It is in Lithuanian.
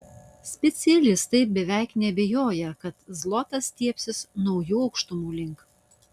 specialistai beveik neabejoja kad zlotas stiebsis naujų aukštumų link